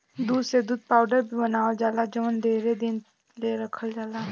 दूध से दूध पाउडर भी बनावल जाला जवन ढेरे दिन ले रखल जाला